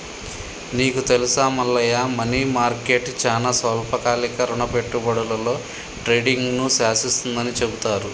నీకు తెలుసా Mallayya money market చానా స్వల్పకాలిక రుణ పెట్టుబడులలో ట్రేడింగ్ను శాసిస్తుందని చెబుతారు